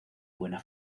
buena